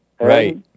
Right